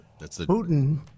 Putin